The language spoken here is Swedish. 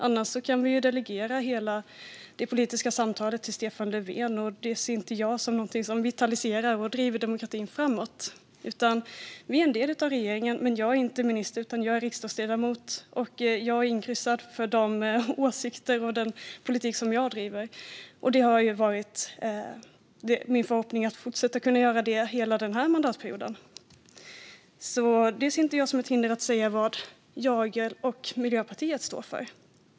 Annars kan vi delegera hela det politiska samtalet till Stefan Löfven, men det ser inte jag som något som vitaliserar och driver demokratin framåt. Vi är en del av regeringen. Men jag är inte minister. Jag är riksdagsledamot. Jag är inkryssad för de åsikter och den politik som jag driver. Det är min förhoppning att fortsätta att kunna göra det hela den här mandatperioden. Det ser inte jag som ett hinder att säga vad jag och Miljöpartiet står för.